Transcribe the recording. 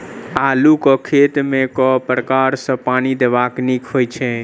आलु केँ खेत मे केँ प्रकार सँ पानि देबाक नीक होइ छै?